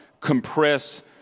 compress